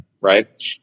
right